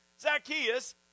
Zacchaeus